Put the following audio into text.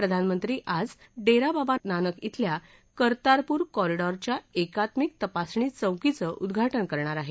प्रधानमंत्री आज डेरा बाबा नानक िंगल्या कर्तारपूर कॉरिडारच्या एकात्मिक तपासणी चौकीचं उद्घाटन करणार आहेत